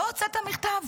לא הוצאת המכתב?